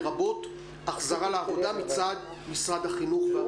לרבות החזרה לעבודה מצד משרד החינוך ומשרד הבריאות.